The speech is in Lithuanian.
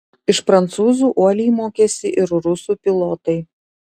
iš prancūzų uoliai mokėsi ir rusų pilotai